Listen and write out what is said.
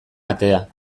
atea